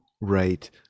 Right